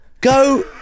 Go